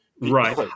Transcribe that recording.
Right